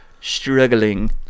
struggling